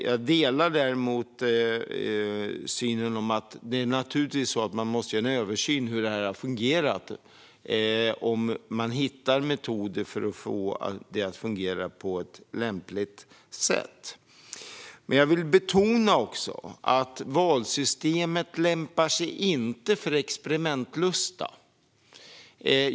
Jag delar synen att man naturligtvis måste se över hur det här har fungerat och hitta metoder för att få det att fungera på ett lämpligt sätt. Jag vill dock betona att valsystemet inte lämpar sig för experimentlusta.